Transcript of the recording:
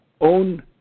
own